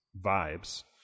vibes